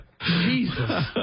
Jesus